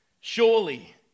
surely